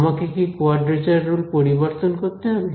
আমাকে কি quadrature rule পরিবর্তন করতে হবে